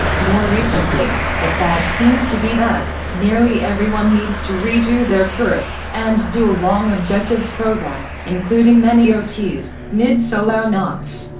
more recently, the fad seems to be that, nearly everyone needs to re-do their purif, and do a long objectives program, including many ah ots, mid solo nots.